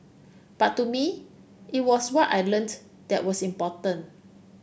but to me it was what I learnt that was important